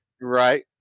Right